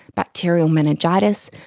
bacterial meningitis,